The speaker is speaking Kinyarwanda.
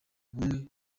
bumwe